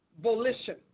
Volition